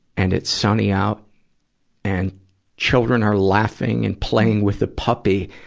and it's sunny out and children are laughing and playing with the puppy.